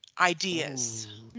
ideas